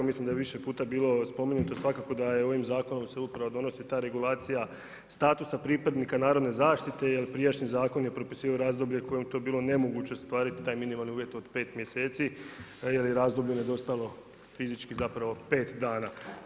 Mislim da je više puta bilo spomenuto svakako da je ovim zakonom se upravo donosi ta regulacija statusa pripadnika Narodne zaštite jer prijašnji zakon je propisivao razdoblje u kojem je to bilo nemoguće ostvariti taj minimalni uvjet od 5 mjeseci jer je razdoblju nedostajalo fizički zapravo 5 dana.